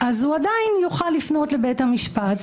אז הוא עדיין יוכל לפנות לבית המשפט,